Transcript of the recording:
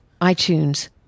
iTunes